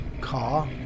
car